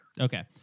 Okay